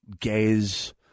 gays